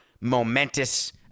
momentous